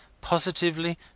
POSITIVELY